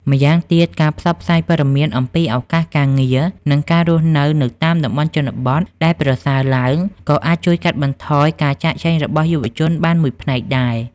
ម្យ៉ាងទៀត ការផ្សព្វផ្សាយព័ត៌មានអំពីឱកាសការងារ និងការរស់នៅនៅតាមជនបទដែលប្រសើរឡើង ក៏អាចជួយកាត់បន្ថយការចាកចេញរបស់យុវជនបានមួយផ្នែកដែរ។